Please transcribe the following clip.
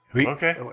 Okay